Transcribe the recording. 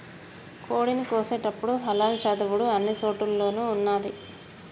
కోడిని కోసేటపుడు హలాల్ చదువుడు అన్ని చోటుల్లోనూ ఉన్నాది